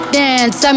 dance